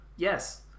Yes